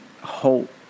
hope